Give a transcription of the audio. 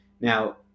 Now